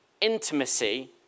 intimacy